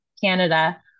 Canada